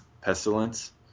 pestilence